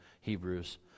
Hebrews